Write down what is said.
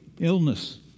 illness